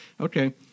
Okay